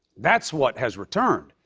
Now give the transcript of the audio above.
that's what has returned,